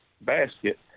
basket